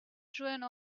joanne